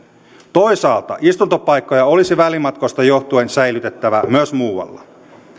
toisaalta istuntopaikkoja olisi välimatkoista johtuen säilytettävä myös muualla